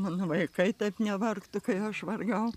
mano vaikai taip nevargtų kai aš vargo